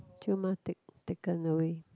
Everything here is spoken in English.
舅妈 take taken away